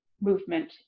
movement